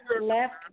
left